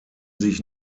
sich